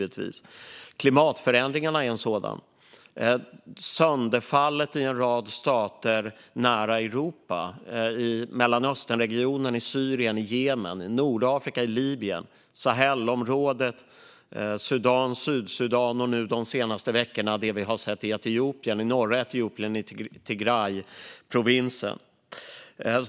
Klimatförändringarna är en sådan. Sönderfallet i en rad stater nära Europa är en annan. Det gäller i Mellanösternregionen, i Syrien och Jemen. Det gäller i Nordafrika, i Libyen, Sahelområdet, Sudan, Sydsudan och, under de senaste veckorna, Tigrayprovinsen i norra Etiopien.